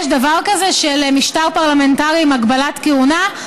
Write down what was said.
יש דבר כזה של משטר פרלמנטרי עם הגבלת כהונה?